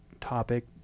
topic